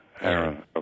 Aaron